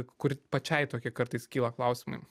kur pačiai tokie kartais kyla klausimai